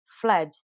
fled